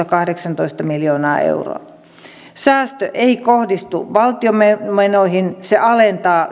kahdeksantoista miljoonaa euroa vuonna kaksituhattaseitsemäntoista säästö ei kohdistu valtion menoihin se alentaa